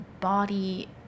body